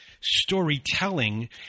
storytelling